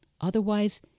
Otherwise